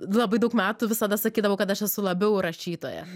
labai daug metų visada sakydavau kad aš esu labiau rašytoja